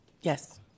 Yes